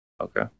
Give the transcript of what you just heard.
Okay